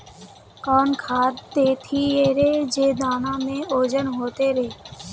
कौन खाद देथियेरे जे दाना में ओजन होते रेह?